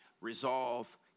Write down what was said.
resolve